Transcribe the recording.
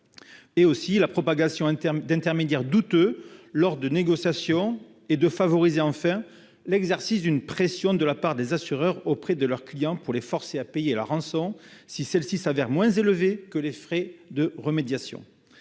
la multiplication d'intermédiaires douteux lors des négociations et de favoriser l'exercice d'une pression de la part des assureurs auprès de leurs clients pour les forcer à payer la rançon si celle-ci s'avère moins élevée que les frais de remédiation.